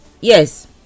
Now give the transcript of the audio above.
yes